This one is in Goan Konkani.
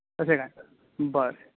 तशें कांय ना बरें